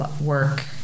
work